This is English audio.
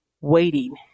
waiting